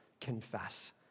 Confess